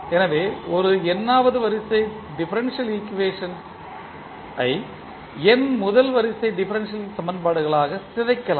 எனவே ஒரு n வது வரிசை டிபரன்ஷியல் ஈக்குவேஷன்ஸ் ஐ n முதல் வரிசை டிபரன்ஷியல் சமன்பாடுகளாக சிதைக்கலாம்